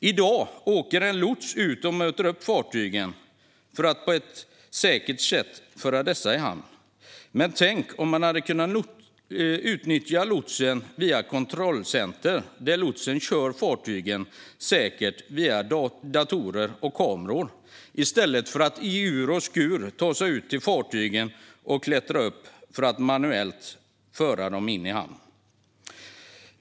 I dag åker en lots ut och möter upp fartygen för att på ett säkert sätt föra dessa i hamn, men tänk om man hade kunnat nyttja lotsen via kontrollcenter. Då skulle lotsen kunna köra fartygen säkert via datorer och kameror i stället för att i ur och skur ta sig ut till och klättra upp på fartygen för att manuellt föra dem in i hamn.